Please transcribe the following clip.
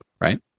right